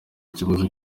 ikibazo